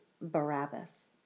Barabbas